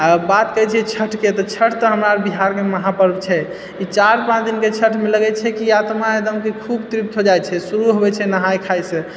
आ बात करै छियै छठके तऽ छठ तऽ हमरा बिहारमे महापर्व छै ई चारि पाँच दिनके छठमे लगै छै कि जे आत्मा एकदम की खूब तृप्त हो जाइत छै शुरू होइत छै नहाइ खाइसँ